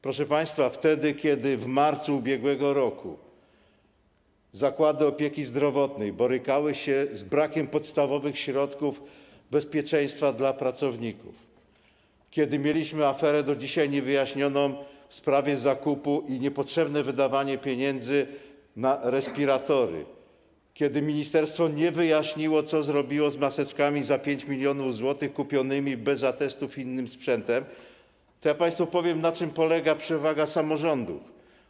Proszę państwa, wtedy kiedy w marcu ubiegłego roku zakłady opieki zdrowotnej borykały się z brakiem podstawowych środków bezpieczeństwa dla pracowników, kiedy mieliśmy do dzisiaj niewyjaśnioną aferę w sprawie zakupu i niepotrzebne wydawanie pieniędzy na respiratory, kiedy ministerstwo nie wyjaśniło, co zrobiło z maseczkami za 5 mln zł kupionymi bez atestów i z innym sprzętem, to ja państwu powiem, na czym polega przewaga samorządów.